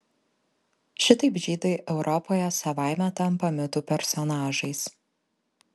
šitaip žydai europoje savaime tampa mitų personažais